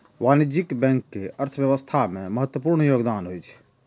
वाणिज्यिक बैंक के अर्थव्यवस्था मे महत्वपूर्ण योगदान होइ छै